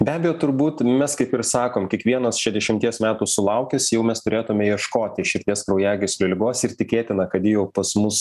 be abejo turbūt mes kaip ir sakom kiekvienas šešiasdešimties metų sulaukęs jau mes turėtume ieškoti širdies kraujagyslių ligos ir tikėtina kad ji jau pas mus